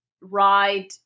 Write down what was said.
ride